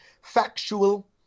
Factual